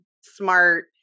smart